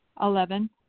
Eleven